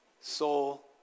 soul